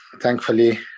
thankfully